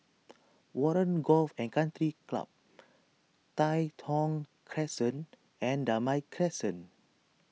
Warren Golf and Country Club Tai Thong Crescent and Damai Crescent